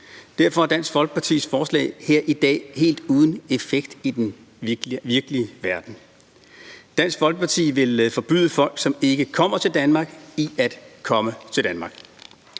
Derfor er Dansk Folkepartis forslag her i dag helt uden effekt i den virkelige verden. Dansk Folkeparti vil forbyde folk, som ikke kommer til Danmark, at komme til Danmark.